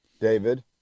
David